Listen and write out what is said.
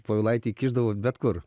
povilaitį kišdavau bet kur